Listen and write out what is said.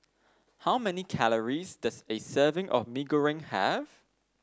how many calories does a serving of Mee Goreng have